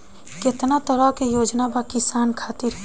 केतना तरह के योजना बा किसान खातिर?